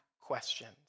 questions